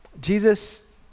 Jesus